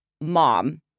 mom